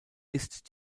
ist